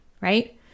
right